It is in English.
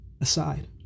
aside